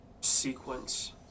sequence